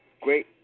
great